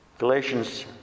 Galatians